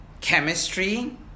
Chemistry